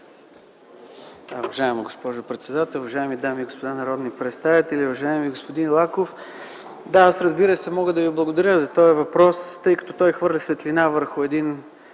Уважаема госпожо председател, уважаеми дами и господа народни представители, уважаеми господин Лаков! Разбира се, мога да Ви благодаря за този въпрос, тъй като той хвърля светлина върху един